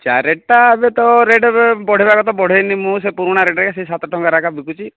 ଚା' ରେଟ୍ଟା ଏବେ ତ ରେଟ୍ ଏବେ ବଢ଼ାଇବା କଥା ବଢ଼ାଇନି ମୁଁ ସେ ପୁରୁଣା ରେଟ୍ ସେ ସାତ ଟଙ୍କାରେ ଏକା ବିକୁଛି